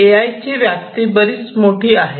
ए I ची व्याप्ती बरीच मोठी आहे